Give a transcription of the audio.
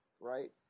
right